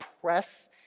press